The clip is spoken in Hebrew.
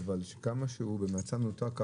כמה שהוא במצב מנותק,